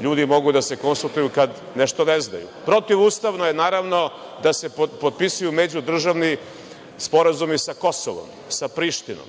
ljudi mogu da se konsultuju kada nešto ne znaju. Naravno, protivustavno je da se potpisuju međudržavni sporazumi sa Kosovom, sa Prištinom.